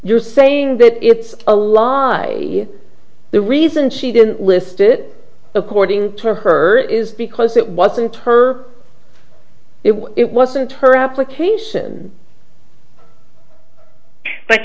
you're saying that it's a lie the reason she didn't list it according to her is because it wasn't her it wasn't her application but